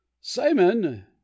simon